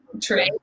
True